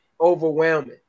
overwhelming